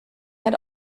had